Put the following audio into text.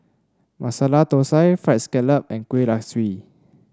Masala Thosai fried scallop and Kuih Kaswi